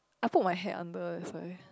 I put my head under that's why